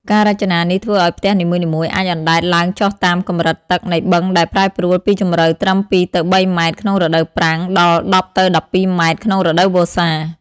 ការរចនានេះធ្វើឱ្យផ្ទះនីមួយៗអាចអណ្ដែតឡើងចុះតាមកម្រិតទឹកនៃបឹងដែលប្រែប្រួលពីជម្រៅត្រឹម ២ទៅ៣ ម៉ែត្រក្នុងរដូវប្រាំងដល់ ១០ទៅ១២ ម៉ែត្រក្នុងរដូវវស្សា។